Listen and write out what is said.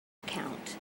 account